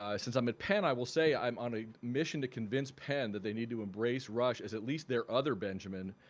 since i'm at penn i will say i'm on a mission to convince penn that they need to embrace rush as at least their other benjamin,